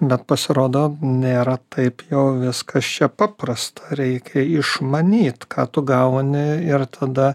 bet pasirodo nėra taip jau viskas čia paprasta reikia išmanyt ką tu gauni ir tada